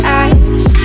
eyes